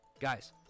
guys